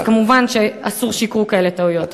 אז כמובן שאסור שיקרו כאלה טעויות.